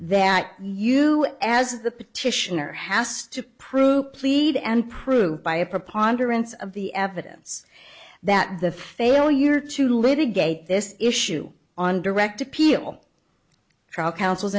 that you as the petitioner has to prove plead and prove by a preponderance of the evidence that the failure to litigate this issue on direct appeal trial counsel's